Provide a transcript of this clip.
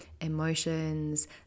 emotions